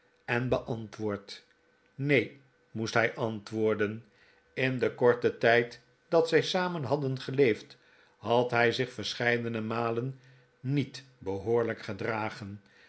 en beantwoord neen moest hij antwoorden in den korten tijd dat zij samen hadden geleefd had hij zich verscheidene malen niet behoorlijk gedragen